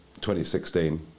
2016